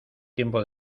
tiempo